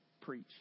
preach